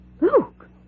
Luke